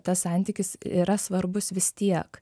tas santykis yra svarbus vis tiek